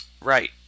Right